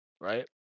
right